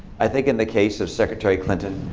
i think in the case of secretary clinton,